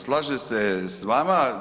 Slažem se s vama.